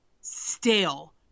stale